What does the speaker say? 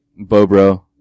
Bobro